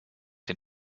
dem